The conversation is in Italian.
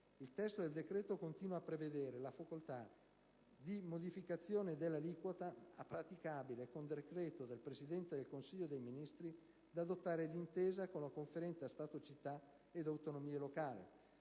Il testo del decreto continua a prevedere la facoltà di modificazione dell'aliquota, praticabile con decreto del Presidente del Consiglio dei ministri, da adottare d'intesa con la Conferenza Stato-Città ed autonomie locali.